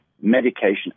medication